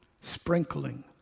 sprinkling